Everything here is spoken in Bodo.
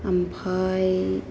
ओमफ्राय